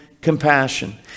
compassion